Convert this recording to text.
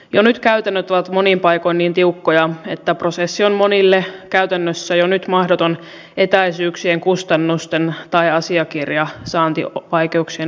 jo nyt käytännöt ovat monin paikoin niin tiukkoja että prosessi on monille käytännössä jo nyt mahdoton etäisyyksien kustannusten tai asiakirjojen saantivaikeuksien vuoksi